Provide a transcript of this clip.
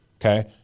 okay